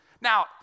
Now